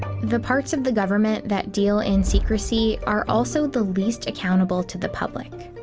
the parts of the government that deal in secrecy are also the least accountable to the public.